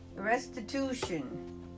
Restitution